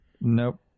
Nope